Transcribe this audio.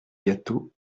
gâteau